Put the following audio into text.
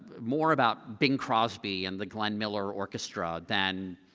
more about bing crosby and the glenn miller orchestra than